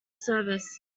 service